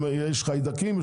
יש חיידקים,